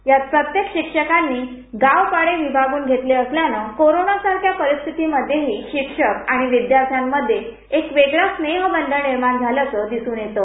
यात प्रत्येक शिक्षकांनी गाव पाडे विभागून घेतले असल्यानं कोरोना सारख्या परिस्थितीमध्ये ही शिक्षक आणि विद्यार्थ्यांमध्ये एक वेगळा स्नेहबंध निर्माण झाल्याचं दिसून येतं